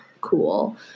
cool